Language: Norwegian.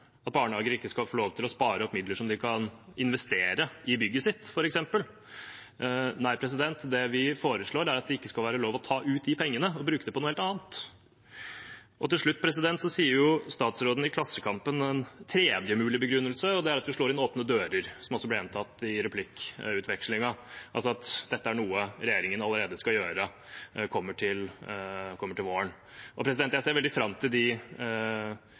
at barnehager ikke skal få lov til å spare opp midler som de kan investere i bygget sitt, f.eks. Nei, det vi foreslår, er at det ikke skal være lov å ta ut de pengene og bruke dem på noe helt annet. Til slutt: Statsråden nevner i Klassekampen en tredje mulig begrunnelse, og det er at man slår inn åpne dører, som også ble gjentatt i replikkvekslingen, altså at dette er noe regjeringen allerede skal gjøre, det kommer til våren. Jeg ser veldig fram til de